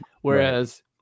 whereas